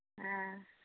हँ